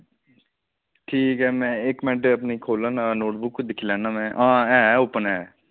ठीक ऐ में इक मिंट अपनी खोह्ल्ला ना नोटबुक दिक्खी लैन्ना में हां है ओपन ऐ